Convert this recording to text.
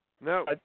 No